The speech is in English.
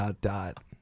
dot